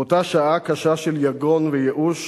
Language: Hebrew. באותה שעה קשה של יגון וייאוש